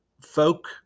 folk